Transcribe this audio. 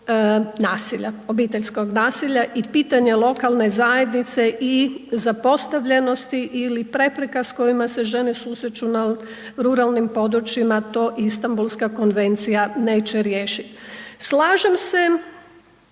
nasilja, obiteljskog nasilja i pitanje lokalne zajednice i zapostavljenosti ili prepreka s kojima žene susreću na ruralnim područjima, to Istanbulska konvencija neće riješiti. Slažem se